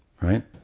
right